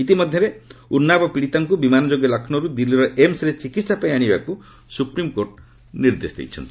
ଇତିମଧ୍ୟରେ ଉନାବ ପୀଡ଼ିତାଙ୍କୁ ବିମାନଯୋଗେ ଲକ୍ଷ୍ମୌରୁ ଦିଲ୍ଲୀର ଏମ୍ସ୍ରେ ଚିକିତ୍ସାପାଇଁ ଆଶିବାକୁ ସୁପ୍ରିମ୍କୋର୍ଟ ନିର୍ଦ୍ଦେଶ ଦେଇଛନ୍ତି